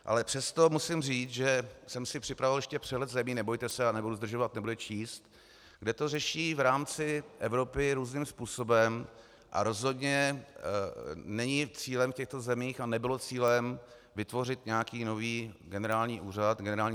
Ale přesto musím říct, že jsem si připravil ještě přehled zemí nebojte se, já nebudu zdržovat, nebudu je číst , kde to řeší v rámci Evropy různým způsobem, a rozhodně není cílem v těchto zemích a nebylo cílem vytvořit nějaký nový generální úřad, generální ředitelství.